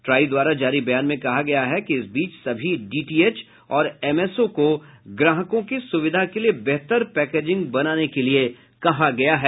try द्वारा जारी बयान में कहा गया है कि इस बीच सभी डीटीएच और एमएसओ को ग्राहकों की सुविधा के लिए बेहतर पैकेजिंग बनाने के लिए कहा गया है